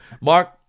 Mark